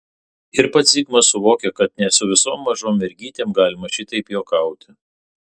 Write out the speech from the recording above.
ir pats zigmas suvokė kad ne su visom mažom mergytėm galima šitaip juokauti